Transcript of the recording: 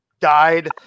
died